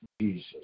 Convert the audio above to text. Jesus